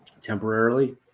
temporarily